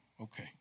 Okay